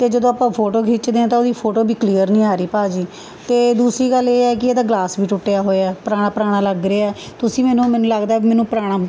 ਅਤੇ ਜਦੋਂ ਆਪਾਂ ਫੋਟੋ ਖਿੱਚਦੇ ਹਾਂ ਤਾਂ ਉਹਦੀ ਫੋਟੋ ਵੀ ਕਲੀਅਰ ਨਹੀਂ ਆ ਰਹੀ ਭਾਅ ਜੀ ਅਤੇ ਦੂਸਰੀ ਗੱਲ ਇਹ ਹੈ ਕਿ ਇਹਦਾ ਗਲਾਸ ਵੀ ਟੁੱਟਿਆ ਹੋਇਆ ਪੁਰਾਣਾ ਪੁਰਾਣਾ ਲੱਗ ਰਿਹਾ ਤੁਸੀਂ ਮੈਨੂੰ ਮੈਨੂੰ ਲੱਗਦਾ ਵੀ ਮੈਨੂੰ ਪੁਰਾਣਾ